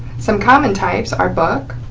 some common types are book,